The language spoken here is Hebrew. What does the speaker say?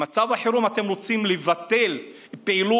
במצב החירום אתם רוצים לבטל פעילות